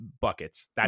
buckets